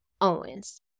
Owens